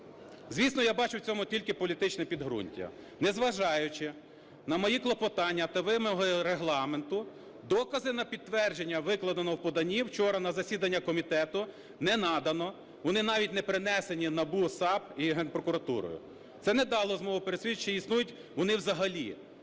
Звісно, я бачу в цьому тільки політичне підґрунтя. Незважаючи на мої клопотання та вимоги Регламенту, докази на підтвердження викладеного в поданні вчора на засідання комітету не надано, вони навіть не принесені НАБУ, САП і Генпрокуратурою. Це не дало змогу пересвідчитись, чи існують вони взагалі